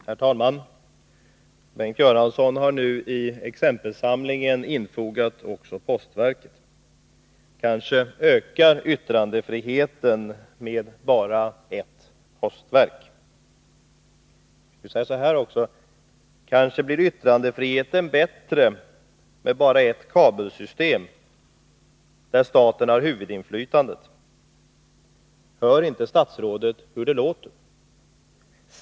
Herr talman! Bengt Göransson har nu i exempelsamlingen infogat också postverket: Kanske ökar yttrandefriheten med bara ett postverk. Han säger så här också: Kanske blir yttrandefriheten bättre med bara ett kabelsystem, där staten har huvudinflytandet. Hör inte statsrådet hur det låter?